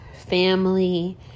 family